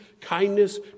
kindness